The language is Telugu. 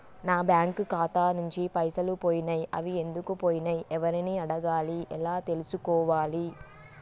నా బ్యాంకు ఖాతా నుంచి పైసలు పోయినయ్ అవి ఎందుకు పోయినయ్ ఎవరిని అడగాలి ఎలా తెలుసుకోవాలి?